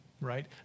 right